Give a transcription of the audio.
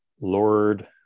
Lord